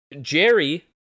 Jerry